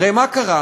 הרי מה קרה?